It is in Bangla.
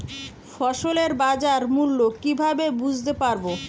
ফসলের বাজার মূল্য কিভাবে বুঝতে পারব?